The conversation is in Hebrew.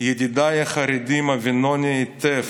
"ידידיי החרדים, הבינונו היטב,